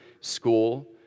school